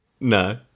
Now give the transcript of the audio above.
No